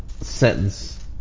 sentence